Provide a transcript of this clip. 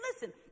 listen